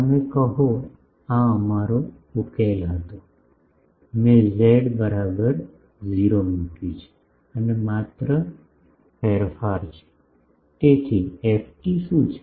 તમે કહો આ અમારો ઉકેલો હતો મેં ઝેડ બરાબર 0 મુક્યું છે અને માત્ર ફેરફાર છે તેથી ft શું છે